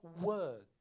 word